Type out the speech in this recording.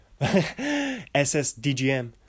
SSDGM